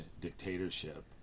dictatorship